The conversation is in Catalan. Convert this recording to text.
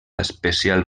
especial